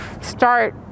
start